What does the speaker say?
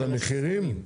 של המחירים?